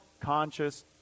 conscious